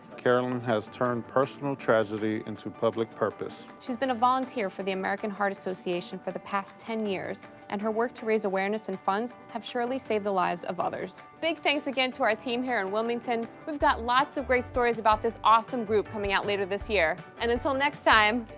carolyn has turned personal tragedy into public purpose. she's been a volunteer for the american heart association for the past ten years. and her work to raise awareness and funds have surely saved lives of others. big thanks again to our team here in wilmington. we've got lots of great stories about this awesome group coming out later this year. and until next time,